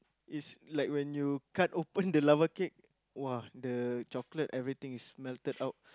it's like when you cut open the lava cake !wah! the chocolate everything is melted out